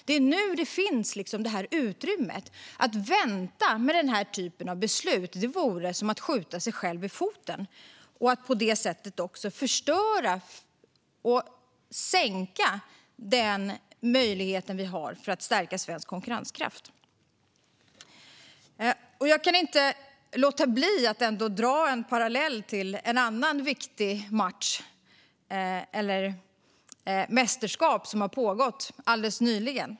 Det är nu det finns ett utrymme. Att vänta med beslut som detta vore som att skjuta sig själv i foten. På så vis skulle vi förstöra och sänka den möjlighet vi har att stärka svensk konkurrenskraft. Jag kan inte låta bli att dra en parallell till en annan viktig match, eller ett mästerskap, som hölls alldeles nyligen.